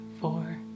four